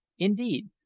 indeed,